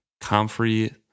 Comfrey